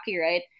right